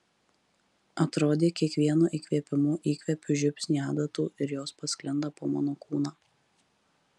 atrodė kiekvienu įkvėpimu įkvepiu žiupsnį adatų ir jos pasklinda po mano kūną